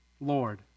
Lord